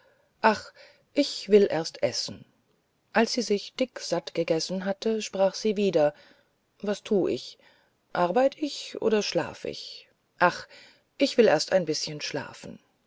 ach ich will erst essen als sie sich dicksatt gegessen hatte sprach sie wieder was thu ich arbeit ich ober schlaf ich ach ich will erst ein bischen schlafen